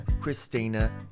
Christina